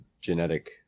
genetic